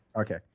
Okay